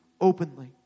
openly